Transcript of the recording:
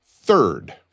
Third